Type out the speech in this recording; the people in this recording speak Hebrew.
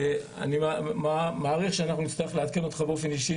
אני מעריך שאנחנו נצטרך לעדכן אותך באופן אישי